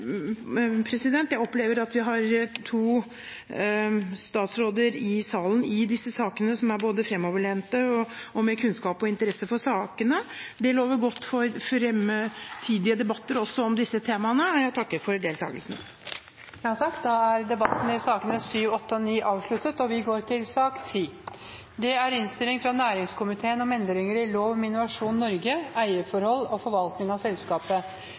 Jeg opplever at vi har to statsråder i salen i disse sakene, som både er fremoverlent og har kunnskap og interesse for sakene. Det lover godt for fremtidige debatter også om disse temaene, og jeg takker for deltakelsen. Flere har ikke bedt om ordet til sakene nr. 7, 8 og 9. Etter ønske fra næringskomiteen vil presidenten foreslå at taletiden blir begrenset til 5 minutter til hver partigruppe og 5 minutter til medlemmer av